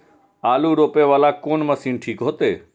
आलू रोपे वाला कोन मशीन ठीक होते?